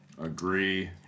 Agree